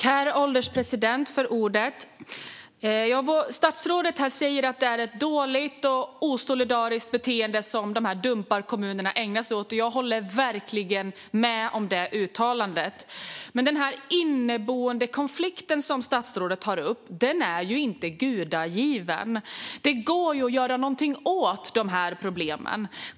Herr ålderspresident! Statsrådet säger att det är ett dåligt och osolidariskt beteende som dumparkommunerna ägnar sig åt. Jag håller verkligen med om det uttalandet, men den inneboende konflikt som statsrådet tar upp är inte gudagiven. Det går att göra något åt problemen.